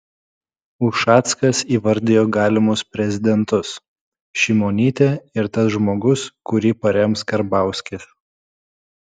ušackas įvardijo galimus prezidentus šimonytė ir tas žmogus kurį parems karbauskis